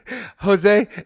Jose